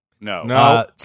No